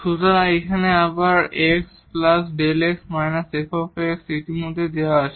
সুতরাং এখানে আবার xΔ x −f ইতিমধ্যেই দেওয়া আছে